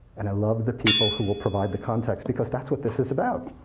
and i love the people who will provide the context, because that's what this is about.